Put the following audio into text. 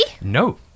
No